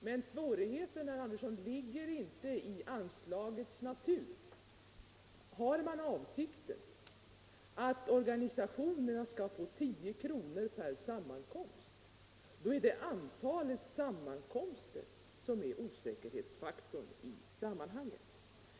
Men svårigheten, herr Andersson, ligger inte i anslagets natur. Har man avsikten att organisationerna skall få 10 kr. per sammankomst, så är det antalet sammankomster som är osäkerhetsfaktorn i sammanhanget.